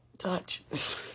touch